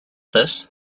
this